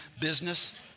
business